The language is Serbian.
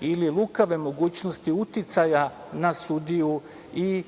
ili lukave mogućnosti uticaja na sudiju i